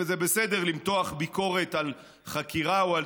וערביי ישראל,